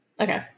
Okay